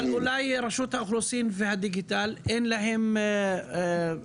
אבל אולי רשות האוכלוסין והדיגיטל אין להם היתר